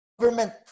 government